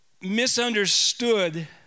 misunderstood